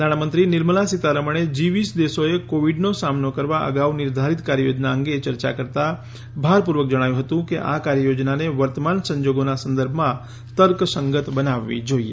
નાણાંમંત્રી નિર્મલા સીતારમણે જી વીસ દેશોએ કોવિડનો સામનો કરવા અગાઉ નિર્ધારિત કાર્યયોજના અંગે ચર્ચા કરતા ભારપૂર્વક જણાવ્યું હતું કે આ કાર્યયોજનાને વર્તમાન સંજોગોના સંદર્ભમાં તર્કસંગત બનાવવી જોઈએ